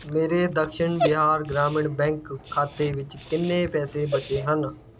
ਮੇਰੇ ਦਕਸ਼ਿਨ ਬਿਹਾਰ ਗ੍ਰਾਮੀਣ ਬੈਂਕ ਖਾਤੇ ਵਿੱਚ ਕਿੰਨੇ ਪੈਸੇ ਬਚੇ ਹਨ